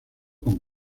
con